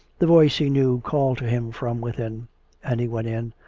the voice he knew called to him from within and he went in,